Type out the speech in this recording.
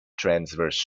transverse